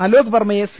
അലോക് വർമ്മയെ സി